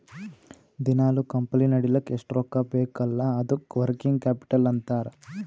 ದಿನಾಲೂ ಕಂಪನಿ ನಡಿಲ್ಲಕ್ ಎಷ್ಟ ರೊಕ್ಕಾ ಬೇಕ್ ಅಲ್ಲಾ ಅದ್ದುಕ ವರ್ಕಿಂಗ್ ಕ್ಯಾಪಿಟಲ್ ಅಂತಾರ್